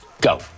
Go